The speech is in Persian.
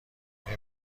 آیا